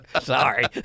Sorry